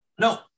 No